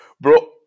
Bro